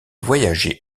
voyager